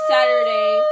Saturday